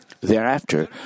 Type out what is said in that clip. Thereafter